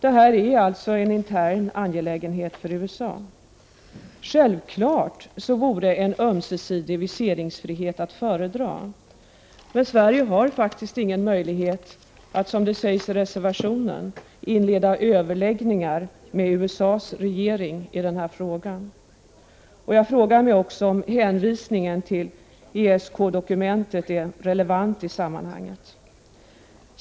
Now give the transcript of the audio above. Det här är alltså en intern angelägenhet för USA. Självfallet vore en ömsesidig viseringsfrihet att föredra, men Sverige har faktiskt ingen möjlighet att, som det sägs i reservationen, inleda överläggningar med USA:s regering i den här frågan. Jag frågar mig också om hänvisningen till ESK-dokumentet är relevant i sammanhanget.